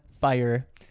fire